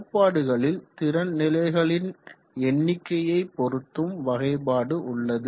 கோட்பாடுகளில் திறன் நிலைகளின் எண்ணிக்கையை பொறுத்தும் வகைபாடு உள்ளது